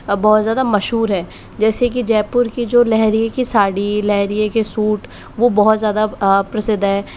बहुत ज़्यादा मशहूर है जैसे कि जयपुर की जो लहरिये की साड़ी लहरिये के सूट वो बहुत ज़्यादा प्रसिद्ध है